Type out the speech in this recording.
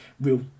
real